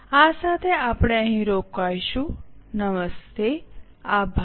આ સાથે આપણે અહીં રોકાઈશું નમસ્તે આભાર